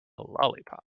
lollipop